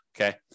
okay